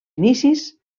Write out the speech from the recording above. inicis